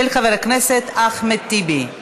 של חבר הכנסת אחמד טיבי.